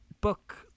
book